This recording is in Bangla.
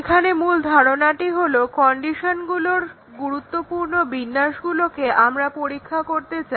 এখানে মূল ধারণাটি হলো কন্ডিশনগুলোর গুরুত্বপূর্ণ বিন্যাসগুলোকে আমরা পরীক্ষা করতে চাই